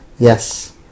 Yes